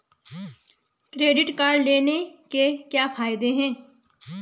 Credit card लेने के क्या फायदे हैं?